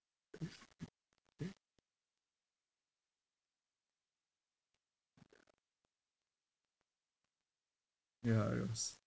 ya it was